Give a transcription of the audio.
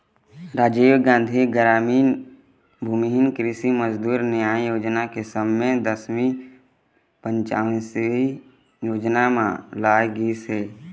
राजीव गांधी गरामीन भूमिहीन कृषि मजदूर न्याय योजना के समे दसवीं पंचवरसीय योजना म लाए गिस हे